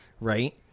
right